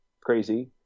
crazy